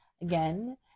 again